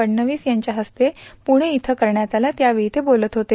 फडणवीस यांच्याहस्ते आज पुणे इथं करण्यात आलं त्यावेळी ते बोलत होते